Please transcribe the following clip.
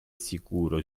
sicuro